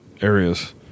Areas